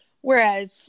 whereas